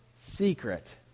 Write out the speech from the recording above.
secret